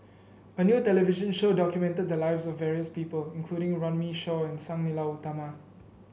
a new television show documented the lives of various people including Runme Shaw and Sang Nila Utama